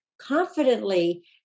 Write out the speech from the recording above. confidently